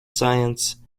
science